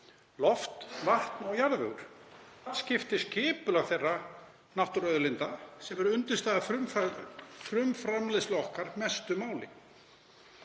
loft, vatn og jarðvegur. Þar skiptir skipulag þeirra náttúruauðlinda sem eru undirstaða frumframleiðslu okkar mestu máli.